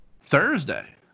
Thursday